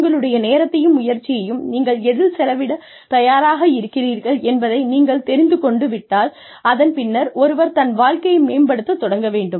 உங்களுடைய நேரத்தையும் முயற்சியையும் நீங்கள் எதில் செலவிடத் தயாராக இருக்கிறீர்கள் என்பதை நீங்கள் தெரிந்து கொண்டு விட்டால் அதன் பின்னர் ஒருவர் தன் வாழ்க்கையை மேம்படுத்தத் தொடங்க வேண்டும்